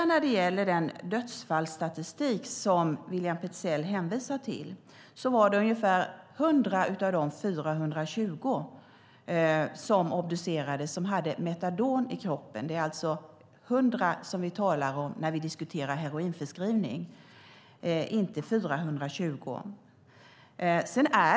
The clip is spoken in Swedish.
När det gäller den dödsfallsstatistik som William Petzäll hänvisar till var det ungefär 100 av de 420 som obducerades som hade metadon i kroppen. Det är alltså 100 vi talar om när vi diskuterar heroinförskrivning och inte 420.